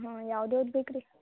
ಹಾಂ ಯಾವುದು ಯಾವುದು ಬೇಕು ರೀ